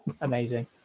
Amazing